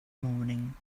morning